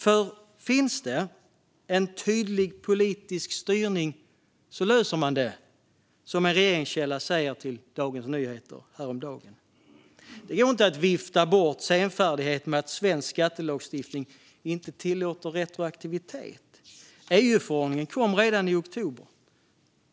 "Om det finns en tydlig politisk styrning så löser man problemet", sa ju en regeringskälla till Dagens Nyheter häromdagen. Det går inte att vifta bort senfärdigheten med att svensk skattelagstiftning inte tillåter retroaktivitet. EU-förordningen kom redan i oktober.